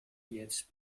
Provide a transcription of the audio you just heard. jetzt